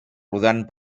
rodant